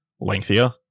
lengthier